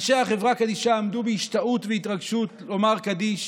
אנשי החברה קדישא עמדו בהשתאות והתרגשות לומר קדיש